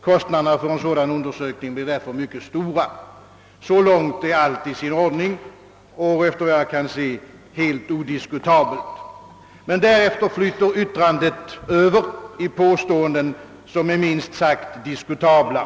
Kostnaderna för en sådan undersökning blir mycket stora.» Så långt är allt i sin ordning och efter vad jag kan se helt odiskutabelt. Men därefter flyter yttrandet över i påståenden som är minst sagt diskutabla.